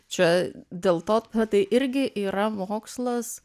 čia dėl to na tai irgi yra mokslas